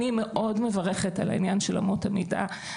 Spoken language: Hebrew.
אני מאוד מברכת על העניין של אמות המידה,